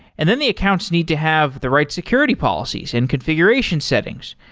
and then the accounts needs to have the right security policies and configuration settings.